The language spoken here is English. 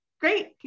Great